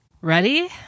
Ready